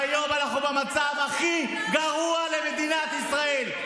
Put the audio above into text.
והיום אנחנו במצב הכי גרוע למדינת ישראל.